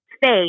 face